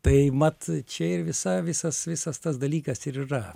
tai mat čia ir visa visas visas tas dalykas ir yra